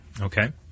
Okay